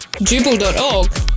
Jubal.org